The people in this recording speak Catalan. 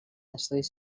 estudis